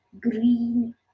green